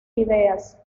ideas